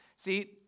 See